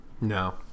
No